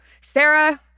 Sarah